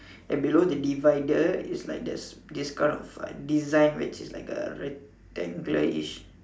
and below the divider is like there's this kind of like design which is kind of rectangularish